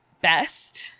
best